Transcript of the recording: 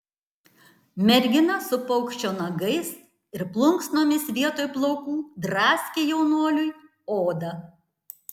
mergina su paukščio nagais ir plunksnomis vietoj plaukų draskė jaunuoliui odą